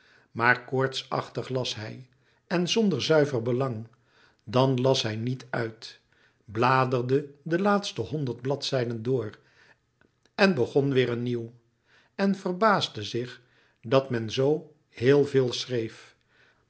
maar koortsachtig las hij en zonder zuiver belang dan las hij niet uit bladerde de laatste honderd bladzijden door en begon weêr een nieuw en verbaasde zich dat men zoo heel veel schreef